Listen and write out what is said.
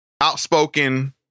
outspoken